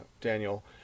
Daniel